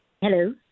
Hello